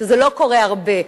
שזה לא קורה הרבה.